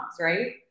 right